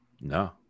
No